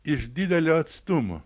iš didelio atstumo